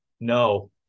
No